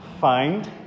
find